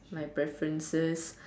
my preferences